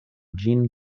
ĝin